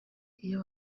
iyo